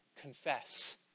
Confess